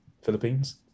Philippines